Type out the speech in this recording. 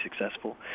successful